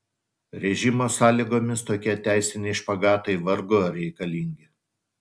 režimo sąlygomis tokie teisiniai špagatai vargu ar reikalingi